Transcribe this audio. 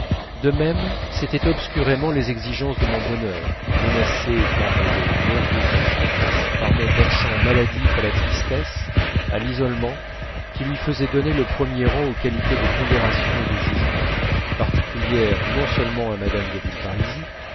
de même c'était obscurément les exigences de mon bonheur menacé par le nervosisme par mon penchant maladif à la tristesse à l'isolement qui lui faisaient donner le premier rang aux qualités de pondération et de jugement particulières non seulement à mme de villeparisis